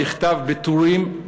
נכתב בטורים,